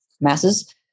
masses